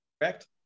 Correct